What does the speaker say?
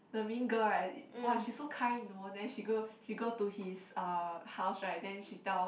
the mean girl right !wah! she so kind you know then she go she go to his uh house right then she tell